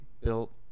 built